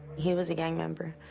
he was a gang member.